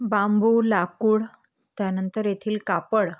बांबू लाकूड त्यानंतर येथील कापड